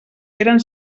eren